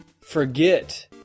Forget